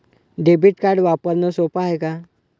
Debit card वापरणं सोप हाय का?